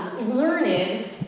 Learned